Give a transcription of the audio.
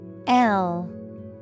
-L